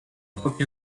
rock